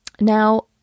Now